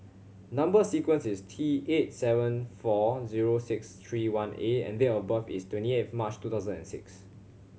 number sequence is T eight seven four zero six three one A and date of birth is twenty eighth March two thousand and six